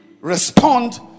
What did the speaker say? respond